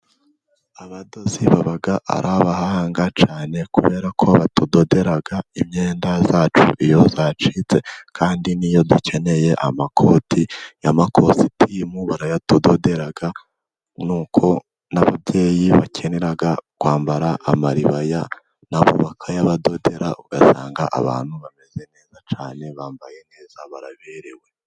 Abadozi baba ari abahanga cyane, kubera ko batudodera imyenda yacu iyo yacitse, kandi n'iyo dukeneye amakoti y'amakositimu barayatotodera, nuko n'ababyeyi bakenera kwambara amaribaya nabo bakayabadodera, ugasanga abantu bameze neza cyane, bambaye neza baraberewe.